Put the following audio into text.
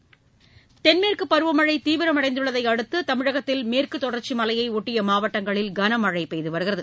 இனி விரிவான செய்திகள் தென்மேற்கு பருவமழை தீவிரமடைந்துள்ளதை அடுத்து தமிழகத்தில் மேற்கு தொடர்ச்சி மலையை ஒட்டிய மாவட்டங்களில் கனமழை பெய்து வருகிறது